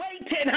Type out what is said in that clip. waiting